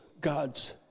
God's